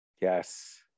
Yes